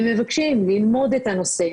הם מבקשים ללמוד את הנושא,